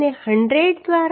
5 ટકા હશે